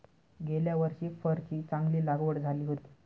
गेल्या वर्षी फरची चांगली लागवड झाली होती